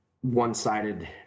one-sided